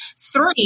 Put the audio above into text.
Three